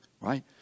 right